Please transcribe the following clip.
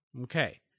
Okay